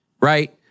Right